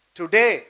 today